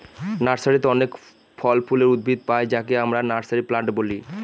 নার্সারিতে অনেক ফল ফুলের উদ্ভিদ পাই যাকে আমরা নার্সারি প্লান্ট বলি